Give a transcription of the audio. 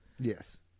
Yes